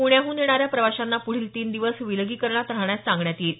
प्ण्याहून येणाऱ्या प्रवाशांना प्ढील तीन दिवस विलगीकरणात राहण्यास सांगण्यात येईल